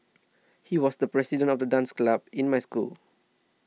he was the president of the dance club in my school